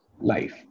life